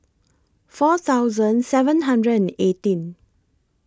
four thousand seven hundred and eighteen